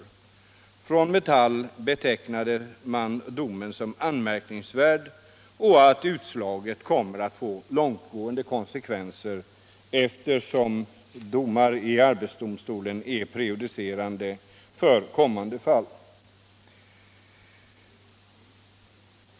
Metallarbetareförbundet beteck — m.m. nade domen som anmärkningsvärd och ansåg att utslaget kommer att få långtgående konsekvenser eftersom domar av arbetsdomstolen är prejudicerande för kommande fall.